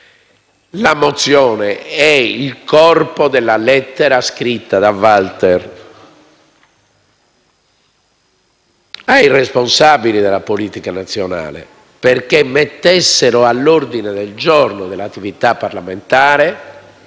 La mozione è il corpo della lettera scritta da Walter ai responsabili della politica nazionale, perché mettessero all'ordine del giorno dell'attività parlamentare